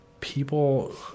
people